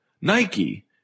Nike